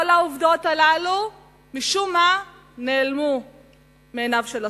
כל העובדות האלה משום מה נעלמו מעיניו של השופט.